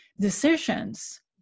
decisions